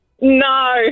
no